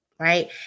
right